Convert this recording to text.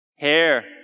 Hair